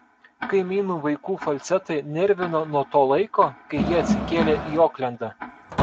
kaimynų vaikų falcetai nervino nuo to laiko kai jie atsikėlė į oklendą